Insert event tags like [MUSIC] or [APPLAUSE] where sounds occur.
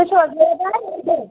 تُہۍ چھِو حظ [UNINTELLIGIBLE]